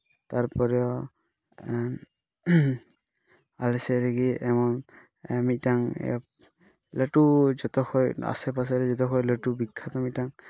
ᱛᱟᱨᱯᱚᱨᱮ ᱟᱞᱮ ᱥᱮᱫ ᱨᱮᱜᱮ ᱮᱢᱚᱱ ᱢᱤᱫᱴᱟᱝ ᱞᱟᱹᱴᱩ ᱡᱚᱛᱚᱠᱷᱚᱡ ᱟᱥᱮᱯᱟᱥᱮ ᱨᱮ ᱡᱚᱛᱚᱠᱷᱚᱡ ᱵᱤᱠᱠᱷᱟᱛᱚ ᱢᱤᱫᱴᱟᱝ